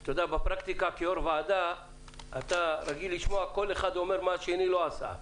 כיושב-ראש ועדה אתה רגיל לשמוע מה כל אחד אומר שהשני לא עשה.